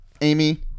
Amy